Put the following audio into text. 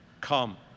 Come